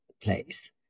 place